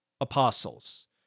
apostles